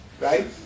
right